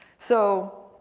so,